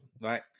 right